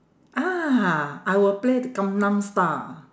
ah I will play the gangnam style